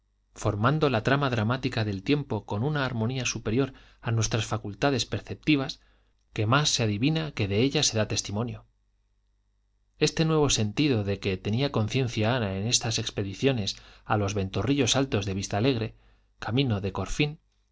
formando la trama dramática del tiempo con una armonía superior a nuestras facultades perceptivas que más se adivina que de ella se da testimonio este nuevo sentido de que tenía conciencia ana en estas expediciones a los ventorrillos altos de vistalegre camino de corfín